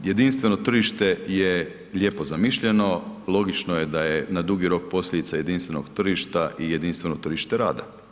Jedinstveno tržište je lijepo zamišljeno, logično je da je na dugi rok posljedica jedinstvenog tržišta i jedinstveno tržište rada.